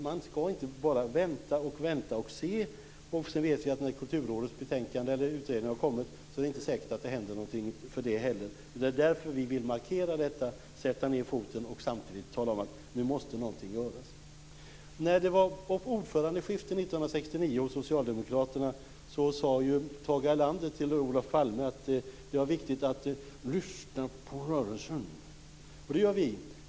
Man ska inte bara vänta och vänta och se. Vi vet att när Kulturutredningens betänkande har kommit är det ändå inte säkert att det händer någonting. Det är därför vi vill markera detta, sätta ned foten och samtidigt tala om att någonting nu måste göras. 1969 sade Tage Erlander till Olof Palme att det var viktigt att lyssna på rörelsen. Det gör vi.